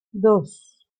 dos